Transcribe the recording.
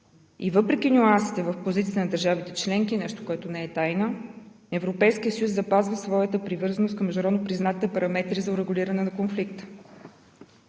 Въпреки нюансите в позициите на държавните членки – нещо, което не е тайна, Европейският съюз запазва своята привързаност към международно признатите параметри за урегулиране на конфликта.